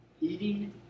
Eating